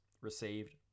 received